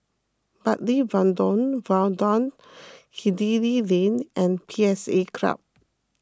Bartley Viaduct Hindhede Lane and P S A Club